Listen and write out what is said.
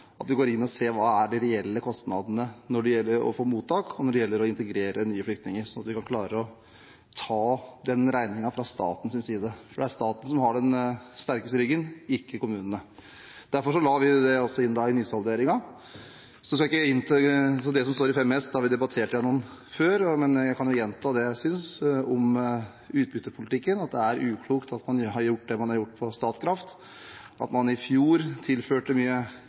at vi går inn og ser hva de reelle kostnadene er når det gjelder å få mottak, og når det gjelder å integrere nye flyktninger, så vi kan klare å ta den regningen fra statens side. Det er staten som har den sterkeste ryggen, ikke kommunene. Derfor la vi det inn i nysalderingen. Jeg skal ikke gjenta det som står i 5 S, det har vi debattert før, men jeg kan jo gjenta det jeg synes om utbyttepolitikken, at det er uklokt at man har gjort det man har gjort overfor Statkraft – at man i fjor tilførte mye